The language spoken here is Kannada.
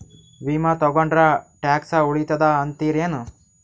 ವಿಮಾ ತೊಗೊಂಡ್ರ ಟ್ಯಾಕ್ಸ ಉಳಿತದ ಅಂತಿರೇನು?